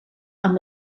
amb